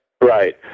Right